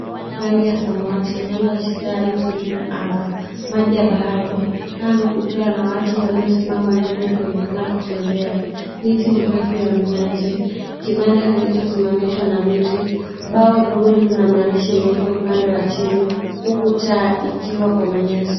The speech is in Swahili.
Rangi ya samawati linaloashiria hali tulivu ya anga, maji ya bahari, kando kukiwa na watu waliosimama wengine wakionekana kutembea. Miti mirefu ya minazi, kibanda kilicho simamishwa na miti. Bao dogo lina maandishi meupe upande wa chini, huku taa ikiwa kwa manyasi.